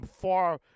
far